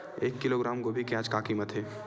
एक किलोग्राम गोभी के आज का कीमत हे?